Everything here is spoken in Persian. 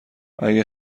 اگه